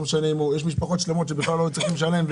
יש משפחות שלמות שבכלל לא היו צריכים לשלם,